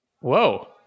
Whoa